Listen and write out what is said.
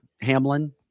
hamlin